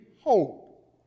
hope